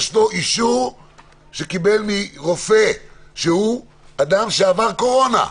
יש לו אישור מרופא שהוא עבר קורונה.